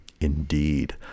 Indeed